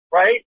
right